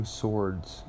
swords